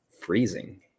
freezing